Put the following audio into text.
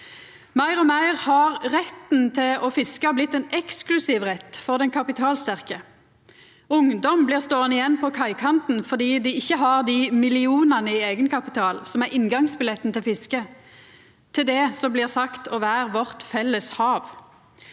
Meir og meir har retten til å fiska blitt ein eksklusiv rett for den kapitalsterke. Ungdom blir ståande igjen på kaikanten fordi dei ikkje har dei millionane i eigenkapital som er inngangsbilletten til fisket – til det som blir sagt å vera vårt felles hav.